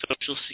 Social